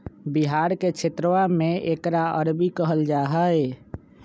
बिहार के क्षेत्रवा में एकरा अरबी कहल जाहई